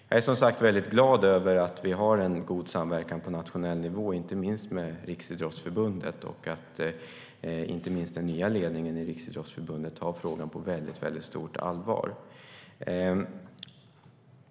Jag är som sagt väldigt glad över att vi har en god samverkan på nationell nivå, inte minst med Riksidrottsförbundet, och att inte minst den nya ledningen i Riksidrottsförbundet tar frågan på mycket stort allvar.